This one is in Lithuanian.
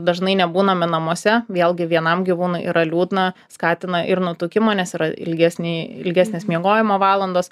dažnai nebūname namuose vėlgi vienam gyvūnui yra liūdna skatina ir nutukimų nes yra ilgesni ilgesnės miegojimo valandos